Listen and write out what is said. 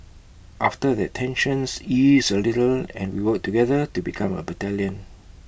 after that tensions ease A little and we work together to become A battalion